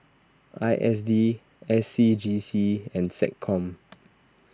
I S D S C G C and SecCom